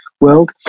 world